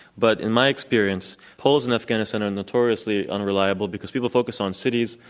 but in my experience, polls in afghanistan are notoriously unreliable because people focus on cities,